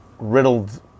Riddled